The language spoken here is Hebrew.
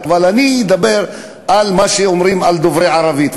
אבל אני אדבר על מה שאומרים על דוברי ערבית,